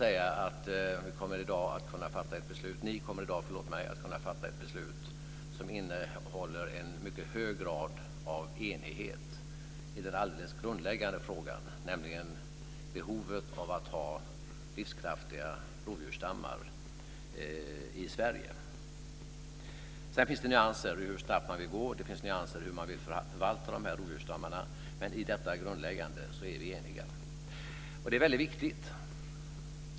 Jag tror ända att man kan säga att ni i dag kommer att kunna fatta ett beslut som innehåller en hög grad av enighet i den grundläggande frågan, nämligen behovet av att ha livskraftiga rovdjursstammar i Sverige. Det finns nyanser när det gäller hur snabbt man vill gå och hur man vill förvalta rovdjursstammarna. Men i det grundläggande är vi eniga. Det är väldigt viktigt.